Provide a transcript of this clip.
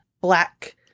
black